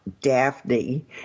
Daphne